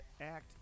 act